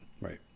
right